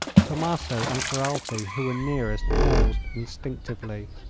tommaso and ferralti, who were nearest, paused instinctively.